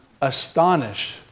astonished